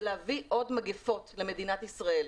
זה להביא עוד מגיפות למדינת ישראל.